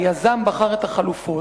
היזם בחר את החלופות,